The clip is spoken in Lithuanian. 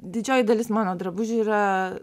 didžioji dalis mano drabužiai yra